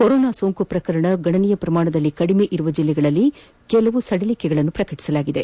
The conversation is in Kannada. ಕೊರೋನಾ ಸೋಂಕು ಪ್ರಕರಣ ಗಣನೀಯ ಪ್ರಮಾಣದಲ್ಲಿ ಕಡಿಮೆ ಇರುವ ಜೆಲ್ಲೆಗಳಲ್ಲಿ ಕೆಲವೊಂದು ಸಡಿಲಿಕೆಗಳನ್ನು ಪ್ರಕಟಿಸಲಾಗಿದೆ